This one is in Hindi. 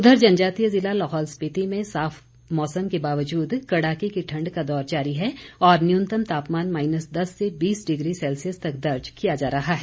उधर जनजातीय जिला लाहौल स्पीति में साफ मौसम के बावजूद कड़ाके की ठंड का दौर जारी है और न्यूनतम तापमान माइनस दस से बीस डिग्री सेल्सियस तक नीचे दर्ज किया जा रहा है